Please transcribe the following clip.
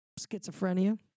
schizophrenia